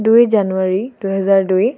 দুই জানুৱাৰী দুহেজাৰ দুই